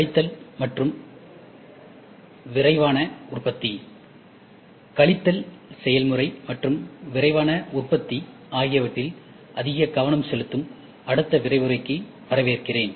கழித்தல் மற்றும் விரைவான உற்பத்தி கழித்தல் செயல்முறை மற்றும் விரைவான உற்பத்தி ஆகியவற்றில் அதிக கவனம் செலுத்தும் அடுத்த விரிவுரைக்கு வரவேற்கிறேன்